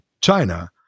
China